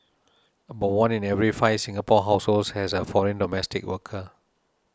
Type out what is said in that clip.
about one in every five Singapore households has a foreign domestic worker